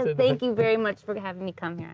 thank you very much for having me come here.